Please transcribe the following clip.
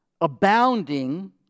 abounding